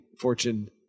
fortune